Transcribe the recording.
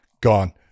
Gone